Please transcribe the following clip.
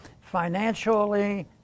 financially